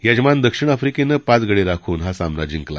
यजमान दक्षिण आफ्रिकेनं पाच गडी राखून हा सामना जिंकला